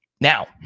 Now